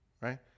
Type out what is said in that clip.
right